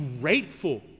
grateful